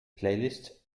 playlists